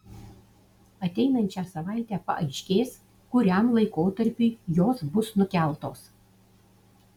ateinančią savaitę paaiškės kuriam laikotarpiui jos bus nukeltos